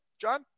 John